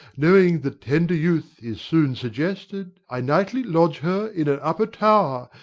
knowing that tender youth is soon suggested, i nightly lodge her in an upper tow'r,